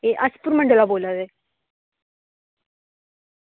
निं अस परमंडल दा बोल्ला दे